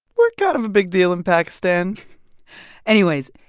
we're kind of a big deal in pakistan anyways,